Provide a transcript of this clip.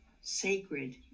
sacred